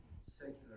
secular